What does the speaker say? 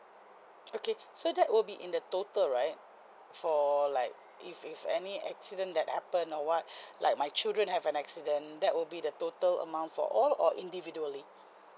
okay so that will be in the total right for like if if any accident that happened or what like my children have an accident that will be the total amount for all or individually